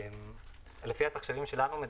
לפי התחשיבים שלנו,